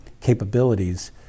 capabilities